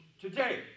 Today